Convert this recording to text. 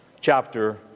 chapter